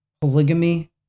polygamy